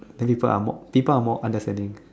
then people are more people are more understanding